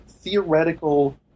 theoretical